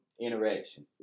interaction